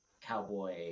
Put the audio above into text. cowboy